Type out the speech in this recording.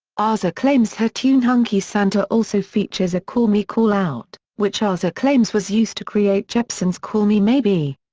aza claims her tune hunky santa also features a call me call out, which aza claims was used to create jepsen's call me maybe.